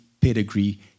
pedigree